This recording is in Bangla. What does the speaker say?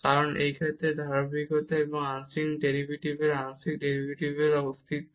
এবং এই কারণে যে ধারাবাহিকতা এবং আংশিক ডেরিভেটিভের আংশিক ডেরিভেটিভের অস্তিত্ব